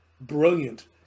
brilliant